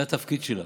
זה התפקיד שלה,